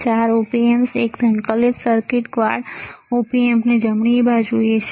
4 Op Amps એક સંકલિત circuit quad Op Amp જમણી બાજુએ છે